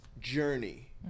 journey